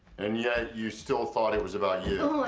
and yet you still thought it was about you.